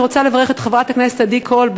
אני רוצה לברך את חברת הכנסת עדי קול,